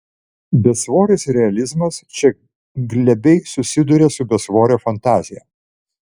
besvoris realizmas čia glebiai susiduria su besvore fantazija